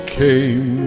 came